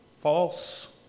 False